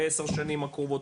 בעשר שנים הקרובות,